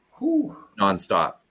nonstop